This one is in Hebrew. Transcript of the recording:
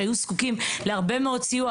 שהיו זקוקים להרבה מאוד סיוע,